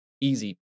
easy